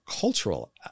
cultural